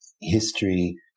history